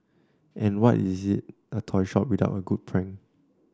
and what is a toy shop without a good prank